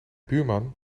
buurman